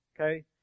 Okay